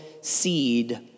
seed